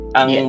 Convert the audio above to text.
ang